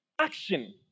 action